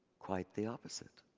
quite the opposite.